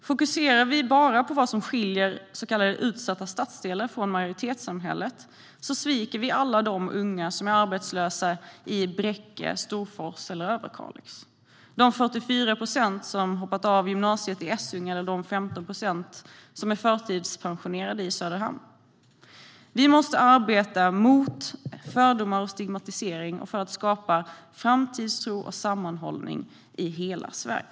Fokuserar vi bara på det som skiljer så kallade utsatta stadsdelar från majoritetssamhället sviker vi alla de unga som är arbetslösa i Bräcke, Storfors eller Överkalix, de 44 procent som har hoppat av gymnasiet i Essunga eller de 15 procent som är förtidspensionerade i Söderhamn. Vi måste arbeta mot fördomar och stigmatisering och för att skapa framtidstro och sammanhållning i hela Sverige.